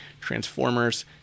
Transformers